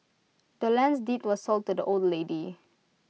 the land's deed was sold to the old lady